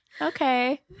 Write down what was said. Okay